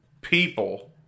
people